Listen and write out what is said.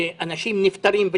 שאנשים נפטרים,